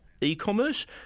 e-commerce